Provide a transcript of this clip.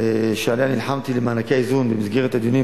שעליה נלחמתי למענקי האיזון במסגרת הדיונים